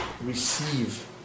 receive